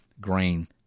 Green